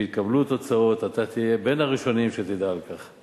כשיתקבלו תוצאות אתה תהיה בין הראשונים שידעו על כך.